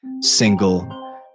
single